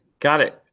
got it.